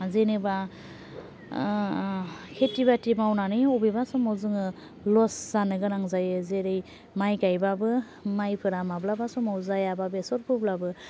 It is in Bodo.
जेनेबा खेथि बाथि मावनानै बबेबा समाव जोङो लस जानो गोनां जायो जेरै माइ गायबाबो माइफोरा माब्लाबा समाव जाया बा बेसर फोब्लाबो